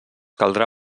caldrà